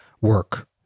work